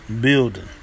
building